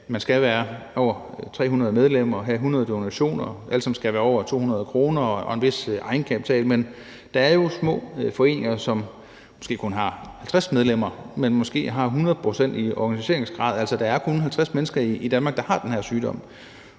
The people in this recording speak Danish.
man skal være over 300 medlemmer, have 100 donationer, alle sammen skal være over 200 kr., og der skal være en vis egenkapital. Men der er jo små foreninger, som måske kun har 50 medlemmer, men måske har 100 pct. i organiseringsgrad – altså, der er kun 50 mennesker i Danmark, der har den her sygdom.